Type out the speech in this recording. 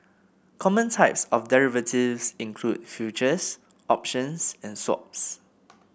common types of derivatives include futures options and swaps